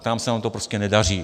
Tam se nám to prostě nedaří.